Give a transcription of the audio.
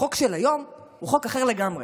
החוק של היום הוא חוק אחר לגמרי.